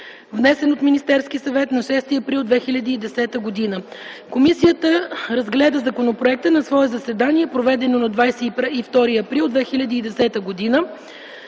внесен от Министерски съвет на 6 април 2010 г. Комисията разгледа законопроекта на свое заседание, проведено на 22 април 2010 г.